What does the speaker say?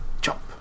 Jump